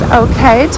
okay